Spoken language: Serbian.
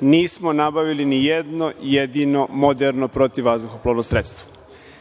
nismo nabavili ni jedno jedino moderno protivvazduhoplovno sredstvo.